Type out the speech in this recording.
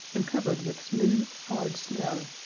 and covered with smooth, hard snow,